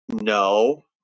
No